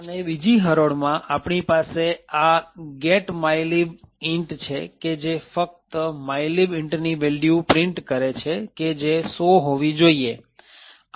અને બીજી હરોળમાં આપણી પાસે આ get mylib int છે કે જે ફક્ત mylib int ની વેલ્યુ પ્રિન્ટ કરે છે કે જે ૧૦૦ હોવી જોઈએ